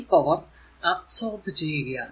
ഈ power absorb ചെയ്യുകയാണ്